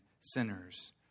sinners